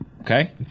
okay